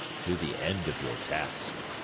to the end of your task.